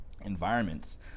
environments